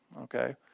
okay